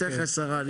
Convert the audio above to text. ברשותך השרה.